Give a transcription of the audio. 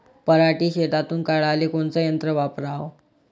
पराटी शेतातुन काढाले कोनचं यंत्र वापराव?